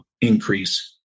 increase